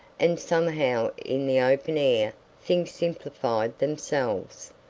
and somehow in the open air things simplified themselves.